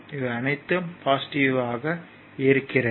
இவை அனைத்தும் பாசிட்டிவ்வாக இருக்கிறது